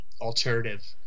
alternative